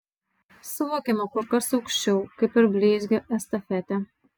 suvokiama kur kas aukščiau kaip ir bleizgio estafetė